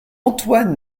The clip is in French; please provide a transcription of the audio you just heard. antoine